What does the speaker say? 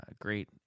great